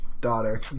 daughter